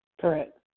Correct